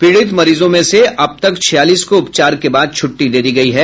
पीड़ित मरीजों में से अब तक छियालीस को उपचार के बाद छुट्टी दे दी गई है